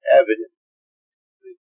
evidence